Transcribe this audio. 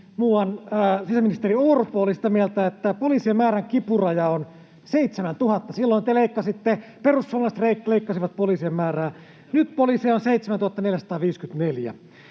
muuan sisäministeri Orpo, oli sitä mieltä, että poliisien määrän kipuraja on 7 000. Silloin te leikkasitte, ja perussuomalaiset leikkasivat, poliisien määrää. [Petteri Orpo: Ei